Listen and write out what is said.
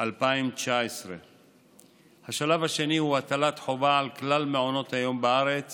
בספטמבר 2019. השלב השני הוא הטלת חובה על כלל מעונות היום בארץ